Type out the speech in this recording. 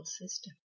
system